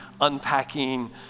unpacking